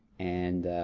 and,